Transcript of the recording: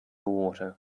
water